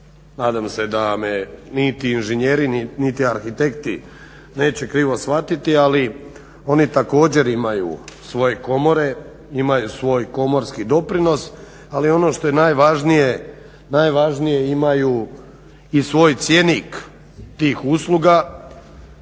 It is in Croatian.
nadam se da me niti inženjeri niti arhitekti neće krivo shvatiti, ali oni također imaju svoje komore, imaju svoj komorski doprinos ali ono što je najvažnije, imaju i svoj cjenik tih usluga.